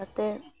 ᱚᱱᱠᱟᱛᱮ